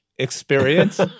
Experience